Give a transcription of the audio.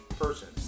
person